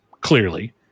clearly